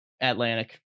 Atlantic